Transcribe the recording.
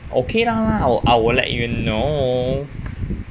okay lah I will let you know